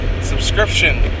subscription